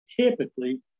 typically